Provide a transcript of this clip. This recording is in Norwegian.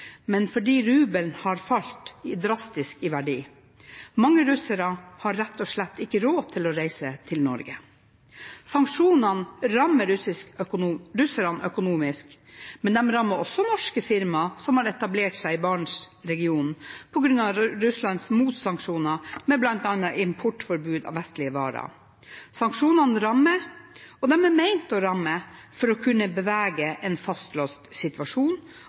men fordi rubelen har falt drastisk i verdi. Mange russere har rett og slett ikke råd til å reise til Norge. Sanksjonene rammer russerne økonomisk, men de rammer også norske firmaer som har etablert seg i Barentsregionen, på grunn av Russlands motsanksjoner med bl.a. importforbud av vestlige varer. Sanksjonene rammer, og de er ment å ramme, for å kunne bevege en fastlåst situasjon